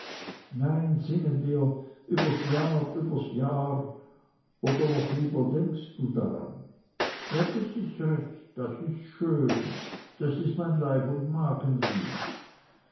nein singen wir übers jahr übers jahr oder noch lieber denkst du daran ja das is recht das is schön das is mein leib und magenlied